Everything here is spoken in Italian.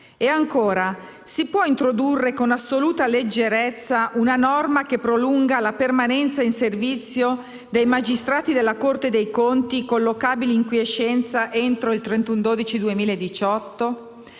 se si può introdurre con assoluta leggerezza una norma che prolunga la permanenza in servizio dei magistrati della Corte dei conti collocabili in quiescenza entro il 31